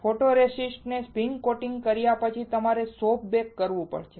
photoresist ને spin coating કર્યા પછી તમારે સોફ્ટ બેક કરવું પડશે